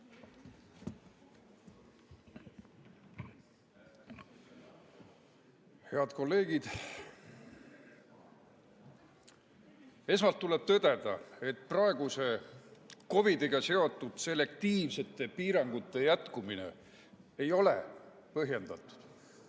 Head kolleegid! Esmalt tuleb tõdeda, et praeguse COVID‑iga seotud selektiivsete piirangute jätkumine ei ole põhjendatud.